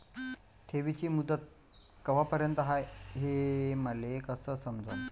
ठेवीची मुदत कवापर्यंत हाय हे मले कस समजन?